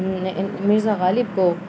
مرزا غالب کو